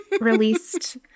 released